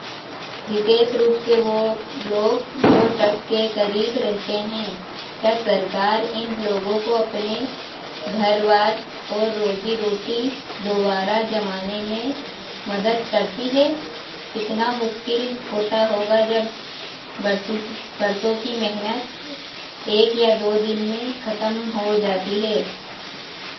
विशेष रूप से वे लोग जो तट के करीब रहते हैं क्या सरकार इन लोगों को अपने घर बार और रोज़ी रोटी दोबारा जमाने में मदद करती है कितना मुश्किल होता होगा जब वर्षों कि वर्षों की मेहनत एक या दो दिन में ख़त्म हो जाती हैं